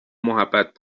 محبت